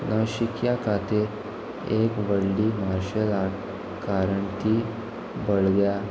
नशिक्या खातीर एक व्हडली मार्शल आर्ट कारण ती बळग्या